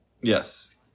Yes